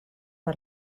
per